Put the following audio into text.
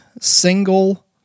single